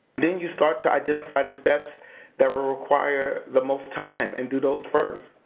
then you start to identify the steps that will require the most time and do those first.